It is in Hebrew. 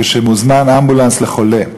כשמוזמן אמבולנס לחולה,